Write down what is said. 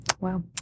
Wow